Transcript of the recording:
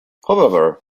however